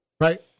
Right